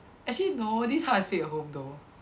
actually no this is how I speak at home though